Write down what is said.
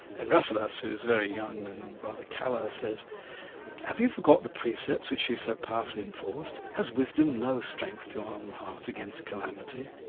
and rasselas, who's very young and rather callow, says have you forgotten the precepts which you so powerfully enforced? has wisdom no strength to arm the heart against calamity?